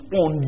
on